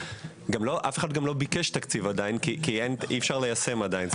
אף אחד לא ביקש תקציב כי אי-אפשר ליישם עדיין.